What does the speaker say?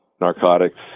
narcotics